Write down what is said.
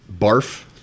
Barf